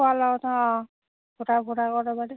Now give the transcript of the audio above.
খোৱা লোৱাত অঁ